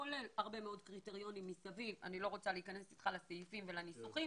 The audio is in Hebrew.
כולל הרבה קריטריונים מסביב אני לא רוצה להיכנס לסעיפים ולניסוחים